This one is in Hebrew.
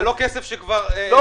זה לא כסף שכבר ---?